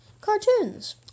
cartoons